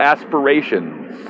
Aspirations